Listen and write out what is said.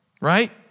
Right